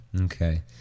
Okay